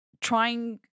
trying